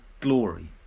glory